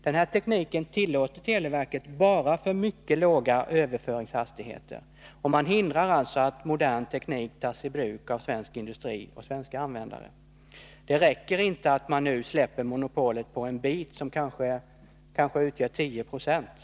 Den här tekniken tillåter televerket endast för mycket låga överföringshastigheter. Man hindrar alltså att modern teknik tas i bruk av svensk industri och svenska användare. Att man nu i viss utsträckning — det gäller kanske 10 26 — släpper tanken på monopol är inte tillräckligt.